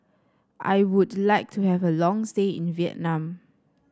I would like to have a long stay in Vietnam